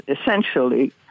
essentially